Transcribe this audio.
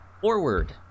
forward